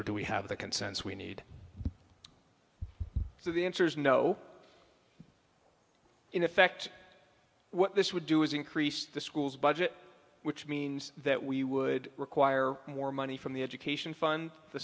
or do we have the consensus we need the answer's no in effect what this would do is increase the school's budget which means that we would require more money from the education fund the